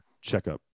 checkup